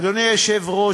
אדוני היושב-ראש,